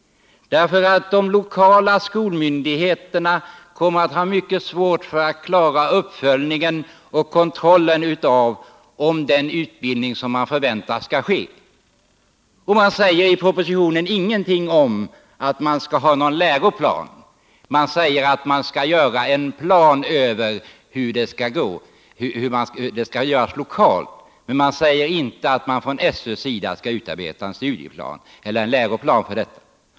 De lokala skolmyndigheterna kommer att ha mycket svårt att klara uppföljningen och kontrollen av att kursen verkligen ger den utbildning som man förväntar sig av den. Det sägs i propositionen ingenting om att det skall upprättas en läroplan. Man säger att planer skall upprättas lokalt, men däremot sägs ingenting om att SÖ skall utarbeta en läroplan.